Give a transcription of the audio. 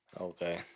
Okay